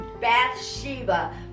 Bathsheba